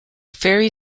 ferry